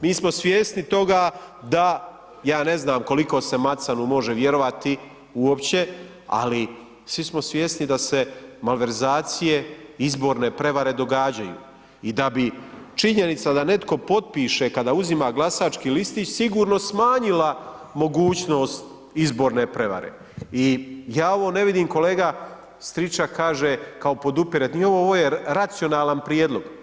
Mi smo svjesni toga da ja ne znam koliko se Macanu može vjerovati uopće ali svi smo svjesni da se malverzacije i izborne prevare događaju i da bi činjenica da netko potpiše kada uzima glasački listić sigurno smanjila mogućnost izborne prevare i ja ovo ne vidim, kolega Stričak kaže kao podupiranje, nije, ovo je racionalan prijedlog.